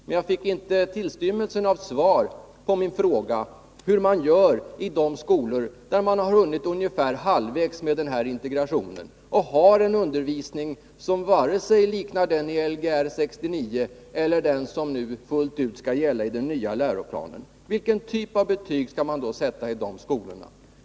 Men jag fick inte tillstymmelsen till svar på min fråga hur man gör i de skolor där man har hunnit ungefär halvvägs med den här integrationen och har en undervisning som varken liknar den i Lgr 69 eller den som fullt ut skall gälla enligt den nya läroplanen. Vilken typ av betyg skall man sätta i de skolorna?